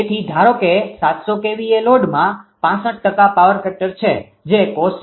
તેથી ધારો કે 700 kVA લોડમાં 65 પાવર ફેક્ટર છે જે cos𝜃0